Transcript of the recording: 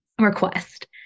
request